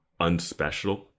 unspecial